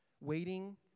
waiting